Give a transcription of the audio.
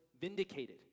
vindicated